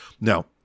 Now